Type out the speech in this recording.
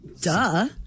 Duh